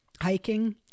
Hiking